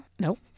Nope